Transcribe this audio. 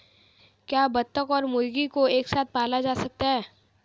क्या बत्तख और मुर्गी को एक साथ पाला जा सकता है?